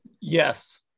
Yes